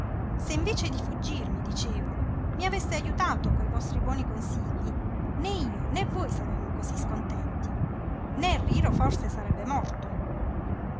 se invece di fuggirmi dicevo mi aveste ajutato coi vostri buoni consigli né io né voi saremmo cosí scontenti né riro forse sarebbe morto